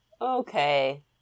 okay